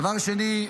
דבר שני,